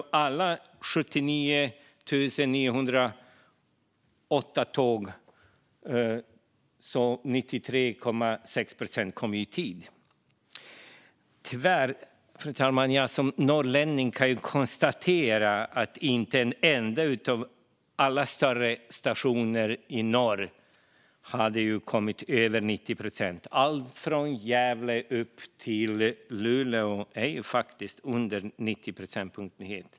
Av 79 908 tåg kom 93,6 procent i tid. Tyvärr kan jag som norrlänning konstatera att inte en enda av alla större stationer i norr kom över 90 procent. Från Gävle till Luleå är punktligheten under 90 procent.